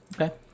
Okay